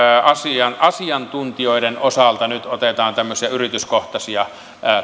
asiantuntijoiden osalta nyt otetaan tämmöisiä yrityskohtaisia